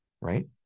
right